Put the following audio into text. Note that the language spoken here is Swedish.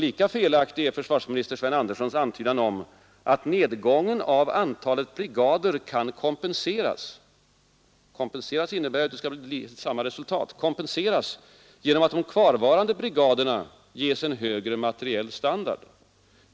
Lika felaktig är försvarsminister Sven Anderssons antydan om att nedgången av antalet brigader kan kompenseras — kompenseras innebär att det skall väga jämnt — genom att de kvarvarande brigaderna ges en högre materiell standard.